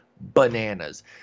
bananas